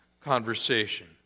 conversation